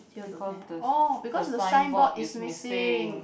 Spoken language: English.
because the the signboard is missing